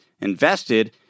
invested